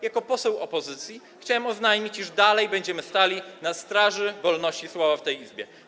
Jako poseł opozycji chciałem oznajmić, iż dalej będziemy stali na straży wolności słowa w tej Izbie.